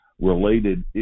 related